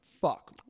fuck